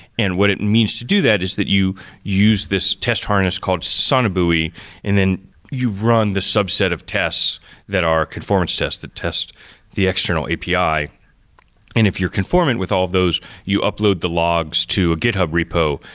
and what it means to do that is that you use this test harness called sort of and then you run the subset of tests that are conformance tests, that test the external api and if you're conformant with all of those, you upload the logs to a github repo,